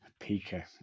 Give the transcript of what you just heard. pika